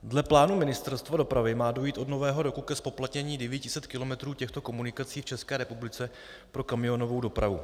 Dle plánů Ministerstva dopravy má dojít od Nového roku ke zpoplatnění 900 kilometrů těchto komunikací v České republice pro kamionovou dopravu.